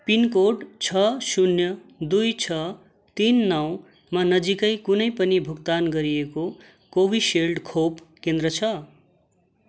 pin code छ शून्य दुई छ तिन नौमा नजिकै कुनै पनि भुक्तान गरिएको कोभिसिल्ड खोप केन्द्र छ